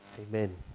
Amen